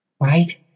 Right